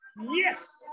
yes